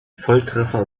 volltreffer